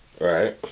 Right